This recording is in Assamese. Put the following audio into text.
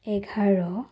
এঘাৰ